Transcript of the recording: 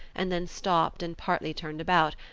and then stopped and partly turned about,